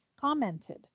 commented